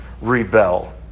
rebel